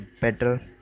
better